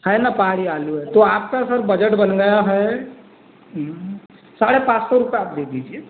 है ना पहाड़ी आलू है तो आपका सर बजट बन गया है साढ़े पांच सौ रुपये आप दे दीजिए